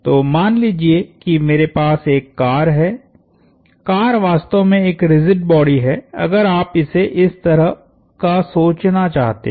तो मान लीजिए कि मेरे पास एक कार है कार वास्तव में एक रिजिड बॉडी है अगर आप इसे इस तरह का सोचना चाहते हैं